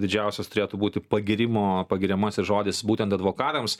didžiausias turėtų būti pagyrimo pagiriamasis žodis būtent advokatams